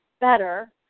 better